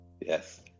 yes